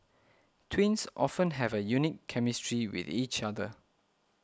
twins often have a unique chemistry with each other